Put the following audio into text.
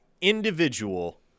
individual